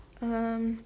um